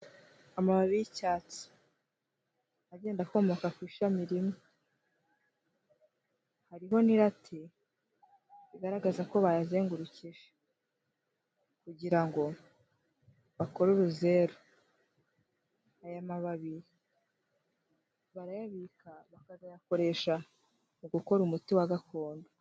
Amababi y'icyatsi agenda akomoka ku ishami rimwe, ariho n'irati bigaragazako bayazengurukije, kugira ngo bakore uruzeru, aya mababi barayabika, bakazayakoresha mu gukora umuti wa gakondo.